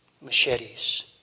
machetes